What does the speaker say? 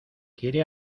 quiere